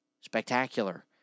spectacular